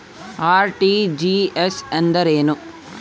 RTGS ಎಂದರೇನು?